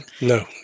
No